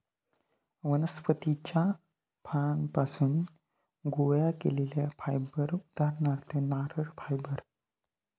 वनस्पतीच्या फळांपासुन गोळा केलेला फायबर उदाहरणार्थ नारळ फायबर